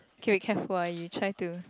okay be careful ah you try to